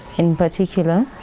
in particular,